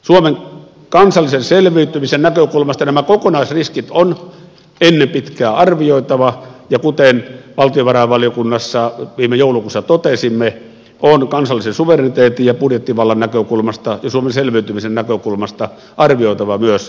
suomen kansallisen selviytymisen näkökulmasta nämä kokonaisriskit on ennen pitkää arvioitava ja kuten valtiovarainvaliokunnassa viime joulukuussa totesimme on kansallisen suvereniteetin ja budjettivallan näkökulmasta ja suomen selviytymisen näkökulmasta arvioitava myös vaihtoehtoja